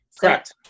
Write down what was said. Correct